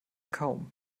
kaum